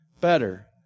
better